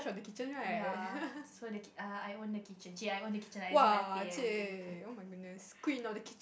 ya so they ki~ err I own the kitchen chey I own the kitchen as if I pay everything